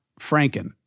Franken